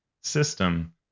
system